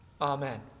amen